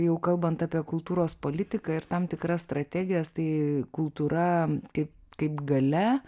jau kalbant apie kultūros politiką ir tam tikras strategijas tai kultūra kaip kaip galia